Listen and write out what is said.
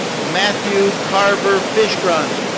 matthew carver fishgrunt.